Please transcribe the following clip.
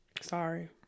Sorry